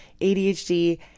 ADHD